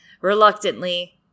reluctantly